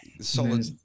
solid